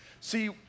See